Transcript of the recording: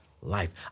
life